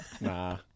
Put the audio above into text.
Nah